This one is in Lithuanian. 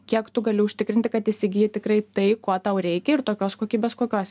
kiek tu gali užtikrinti kad įsigyji tikrai tai ko tau reikia ir tokios kokybės kokios